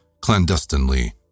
clandestinely